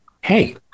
hey